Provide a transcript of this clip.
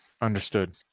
Understood